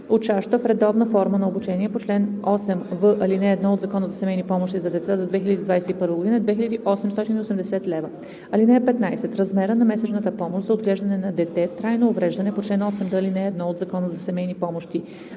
учаща в редовна форма на обучение, по чл. 8в, ал. 1 от Закона за семейни помощи за деца за 2021 г. е 2880 лв. (15) Размерът на месечната помощ за отглеждане на дете с трайно увреждане по чл. 8д, ал. 1 от Закона за семейни помощи